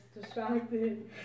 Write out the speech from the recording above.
distracted